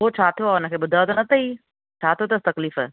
पोइ छा थियो आहे हुनखे ॿुधायो त न अथई छा थियो अथसि तकलीफ़ु